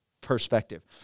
perspective